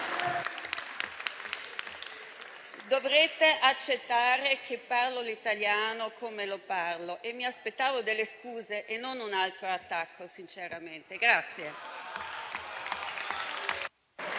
dovrete accettare che parlo l'italiano come lo parlo. Mi aspettavo delle scuse e non un altro attacco, sinceramente.